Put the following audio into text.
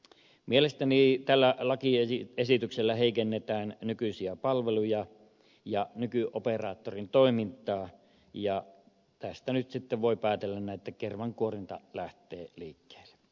mielestäni tällä lakiesityksellä heikennetään nykyisiä palveluja ja nykyoperaattorin toimintaa ja tästä nyt sitten voi päätellä näin että kermankuorinta lähtee liikkeen